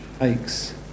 aches